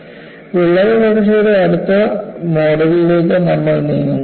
creep വിള്ളൽ വളർച്ചയുടെ അടുത്ത മോഡലിലേക്ക് നമ്മൾ നീങ്ങുന്നു